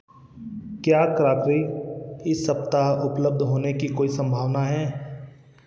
क्या क्राकरी इस सप्ताह उपलब्ध होने की कोई संभावना है